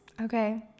okay